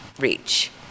reach